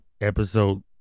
episode